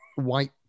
white